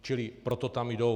Čili proto tam jdou.